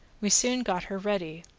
we soon got her ready,